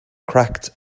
cracked